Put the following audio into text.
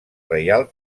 reial